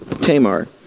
Tamar